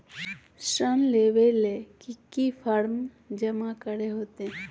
ऋण लेबे ले की की फॉर्म जमा करे होते?